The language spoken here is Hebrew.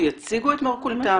שיציגו את מרכולתם.